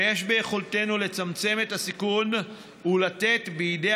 ויש ביכולתנו לצמצם את הסיכון ולתת בידי